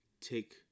take